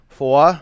four